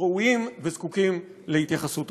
שראויים וזקוקים להתייחסות אחרת.